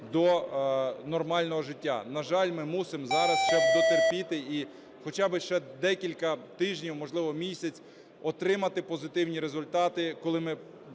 до нормального життя. На жаль, ми мусимо зараз дотерпіти і хоча би ще декілька тижнів, можливо, місяць, отримати позитивні результати, коли ми